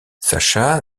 sascha